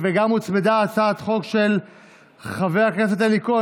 אם היה מישהו לפני שבעה חודשים שואל את השר אלקין,